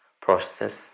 process